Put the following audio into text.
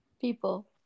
people